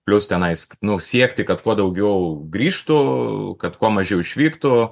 plius tenais nu siekti kad kuo daugiau grįžtų kad kuo mažiau išvyktų